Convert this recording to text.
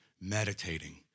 meditating